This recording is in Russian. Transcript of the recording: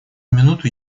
минуту